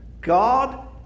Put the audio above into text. God